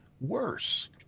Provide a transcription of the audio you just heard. worse